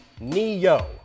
Neo